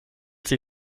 sie